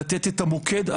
לתת את המוקד,